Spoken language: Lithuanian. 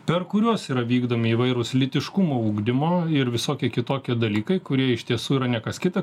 per kuriuos yra vykdomi įvairūs lytiškumo ugdymo ir visokie kitokie dalykai kurie iš tiesų yra ne kas kita